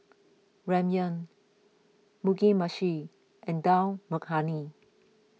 Ramyeon Mugi Meshi and Dal Makhani